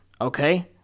okay